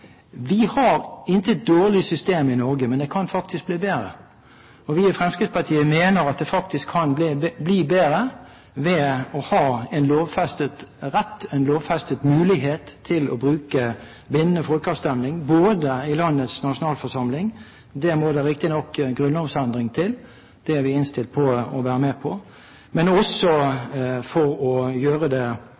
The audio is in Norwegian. Vi har intet dårlig system i Norge, men det kan faktisk bli bedre. Og vi i Fremskrittspartiet mener at det faktisk kan bli bedre ved å ha en lovfestet rett, en lovfestet mulighet, til å bruke bindende folkeavstemning både i landets nasjonalforsamling – da må det riktignok en grunnlovsendring til, det er vi innstilt på å være med på – og også på lavere nivå, altså på kommunalt nivå. Når det